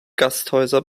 gasthäuser